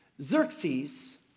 Xerxes